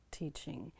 teaching